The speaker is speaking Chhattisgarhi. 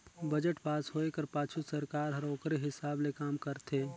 बजट पास होए कर पाछू सरकार हर ओकरे हिसाब ले काम करथे